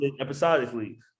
episodically